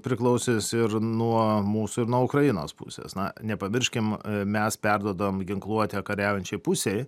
priklausys ir nuo mūsų ir nuo ukrainos pusės na nepamirškim mes perduodam ginkluotę kariaujančiai pusei